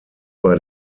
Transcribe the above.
bei